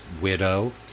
widow